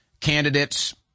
candidates